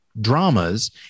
dramas